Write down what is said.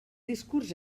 discurs